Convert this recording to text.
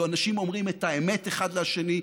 ואנשים אומרים את האמת אחד לשני,